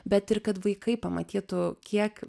bet ir kad vaikai pamatytų kiek